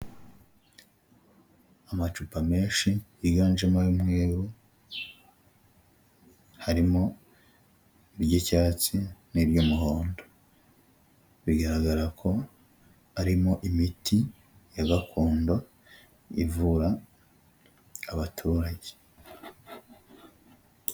Amacupa menshi yiganjemo ay'umweru harimo iry'icyatsi n'iry'umuhondo bigaragara ko harimo imiti ya gakondo ivura abaturage.